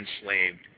enslaved